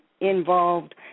involved